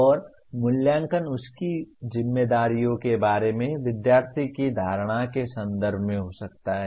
और मूल्यांकन उसकी जिम्मेदारियों के बारे में विद्यार्थी की धारणा के संदर्भ में हो सकता है